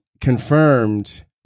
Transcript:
confirmed